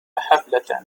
حفلة